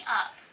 up